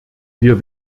wir